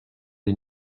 des